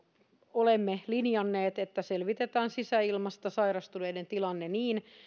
olemme linjanneet että selvitetään sisäilmasta sairastuneiden tilanne niin